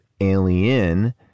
Alien